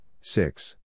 six